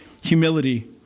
humility